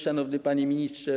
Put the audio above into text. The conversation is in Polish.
Szanowny Panie Ministrze!